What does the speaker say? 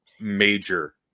major